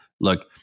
Look